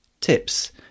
tips